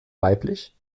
weiblich